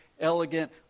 elegant